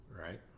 Right